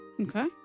Okay